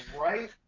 right